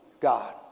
God